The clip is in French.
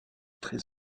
très